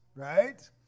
Right